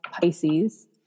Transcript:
Pisces